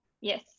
Yes